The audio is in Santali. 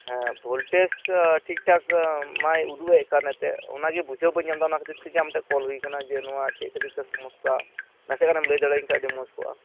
ᱦᱮᱸ ᱵᱷᱳᱞᱴᱮᱡᱽ ᱴᱷᱤᱠ ᱴᱷᱟᱠᱢᱟᱭ ᱩᱫᱩᱜ ᱮᱫ ᱠᱟᱱ ᱮᱱᱛᱮᱫ ᱚᱱᱟᱜᱮ ᱵᱩᱡᱷᱟᱹᱣ ᱵᱟᱹᱧ ᱧᱟᱢ ᱮᱫᱟ ᱚᱱᱟ ᱠᱷᱟᱹᱛᱤᱨ ᱛᱮᱜᱮ ᱟᱢ ᱴᱷᱮᱡ ᱠᱚᱞ ᱦᱩᱭᱟᱠᱟᱱᱟ ᱡᱮ ᱱᱚᱣᱟ ᱪᱮᱫ ᱠᱷᱟᱹᱛᱤᱨ ᱛᱮ ᱥᱚᱢᱳᱥᱟ ᱱᱟᱥᱮ ᱜᱟᱱᱮᱢ ᱞᱟᱹᱭ ᱫᱟᱲᱮ ᱟᱹᱧ ᱠᱷᱟᱡ ᱟᱹᱰᱤ ᱢᱚᱡᱽ ᱠᱚᱜᱼᱟ